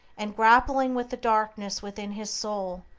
and, grappling with the darkness within his soul,